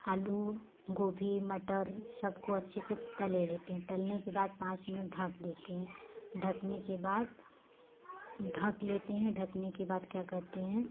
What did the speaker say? आलू गोभी मटर सबको अच्छे से तले लेते हैं तलने के बाद पाँच मिनट ढाँक देते हैं ढकने के बाद ढक लेते है ढकने के बाद क्या कहते हैं